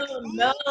no